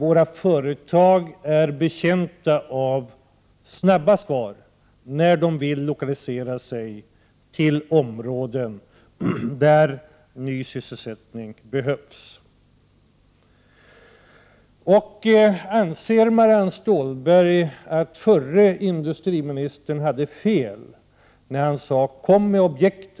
Våra företag är betjänta av snabba svar när de vill lokalisera sig till områden där ny sysselsättning behövs. Anser Marianne Stålberg att förre industriministern hade fel när han sade: Kom med objekt,